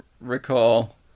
recall